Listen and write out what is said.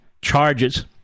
charges